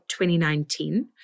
2019